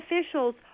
officials